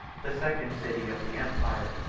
the second city of the empire.